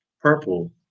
purple